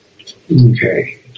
Okay